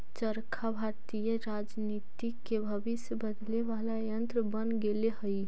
चरखा भारतीय राजनीति के भविष्य बदले वाला यन्त्र बन गेले हई